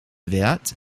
wert